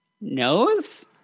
Nose